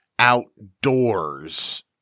outdoors